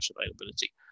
availability